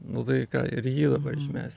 nu tai ką ir jį dabar išmes